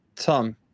Tom